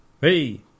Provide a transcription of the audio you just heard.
Hey